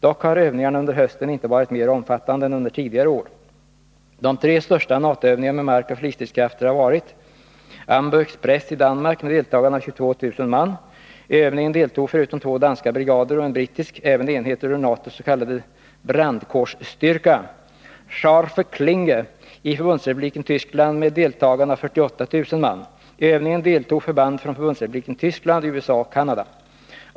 Dock har övningarna under hösten inte varit mer omfattande än under tidigare år. De tre största NATO-övningarna med markoch flygstridskrafter har varit: SCHARFE KLINGE i Förbundsrepubliken Tyskland med deltagande av 48 000 man. I övningen deltog förband från Förbundsrepubliken Tyskland, USA och Canada.